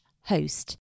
host